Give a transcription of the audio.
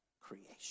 creation